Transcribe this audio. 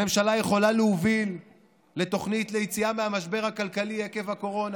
הממשלה יכולה להוביל לתוכנית ליציאה מהמשבר הכלכלי עקב הקורונה.